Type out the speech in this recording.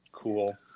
cool